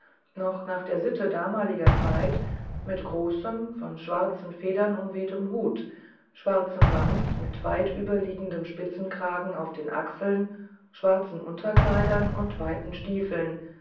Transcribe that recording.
doch nach der sitte damaliger zeit mit großem von schwarzen federn umwehtem hut schwarzem wams mit weit überliegendem spitzenkragen auf den achseln schwarzen unterkleidern und weiten stiefeln